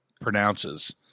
pronounces